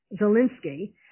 Zelensky